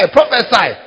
prophesy